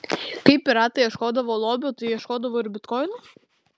kai piratai ieškodavo lobio tai ieškodavo ir bitkoinų